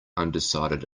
undecided